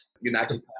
United